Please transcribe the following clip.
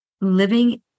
living